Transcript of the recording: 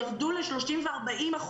ירדו ל-30% ול-40%,